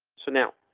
so now.